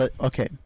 Okay